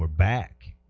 ah back